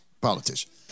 politicians